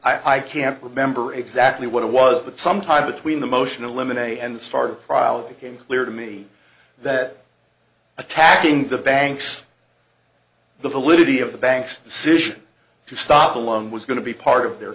i can't remember exactly what it was but sometime between the motion eliminate and the start of trial it became clear to me that attacking the banks the validity of the bank's decision to stop along was going to be part of their